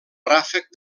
ràfec